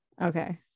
okay